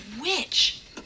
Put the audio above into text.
witch